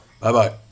Bye-bye